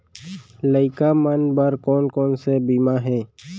लइका मन बर कोन कोन से बीमा हे?